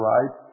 Right